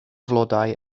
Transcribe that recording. flodau